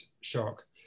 shock